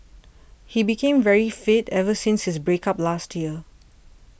he became very fit ever since his break up last year